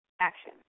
Action